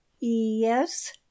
yes